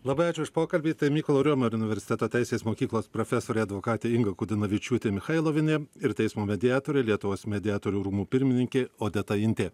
labai ačiū už pokalbį tai mykolo riomerio universiteto teisės mokyklos profesorė advokatė inga kudinavičiūtė michailovienė ir teismo mediatorė lietuvos mediatorių rūmų pirmininkė odeta intė